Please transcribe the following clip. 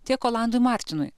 tiek olandui martinui